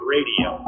Radio